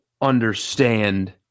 understand